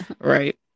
right